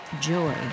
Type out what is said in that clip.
joy